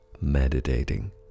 meditating